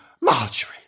Marjorie